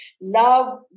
Love